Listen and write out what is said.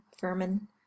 vermin